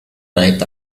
night